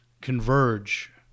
converge